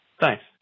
Thanks